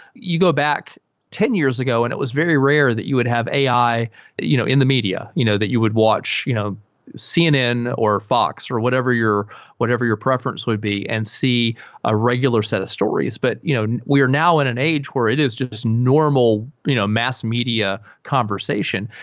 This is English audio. you go back ten years ago and it was very rare that would have ai you know in the media you know that you would watch you know cnn or fox or whatever your whatever your preference would be and see a regular set of stories. but you know we are now in an age where it is just just normal you know mass media conversation.